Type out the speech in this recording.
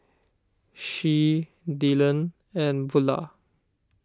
Shea Dylon and Bulah